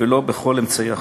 ולא בכל אמצעי אחר.